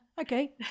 okay